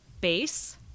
Base